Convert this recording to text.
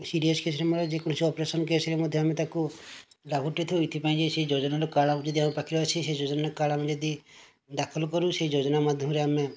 serious ସମୟରେ ଯେକୌଣସି operation case ରେ ମଧ୍ୟ ଆମେ ଲାଭ ଉଠାଇଥାଉ ଏଥିପାଇଁ ସେହି ଯୋଜନା କାର୍ଡ଼ ଯଦି ଆମ ପାଖରେ ଅଛି ଯୋଜନା କାର୍ଡ଼ ଯଦି ଦାଖଲ କରୁ ସେହି ଯୋଜନା ମାଧ୍ୟମରେ ଆମେ